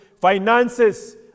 finances